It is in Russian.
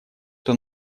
что